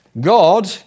God